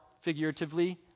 figuratively